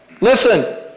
listen